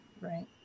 Right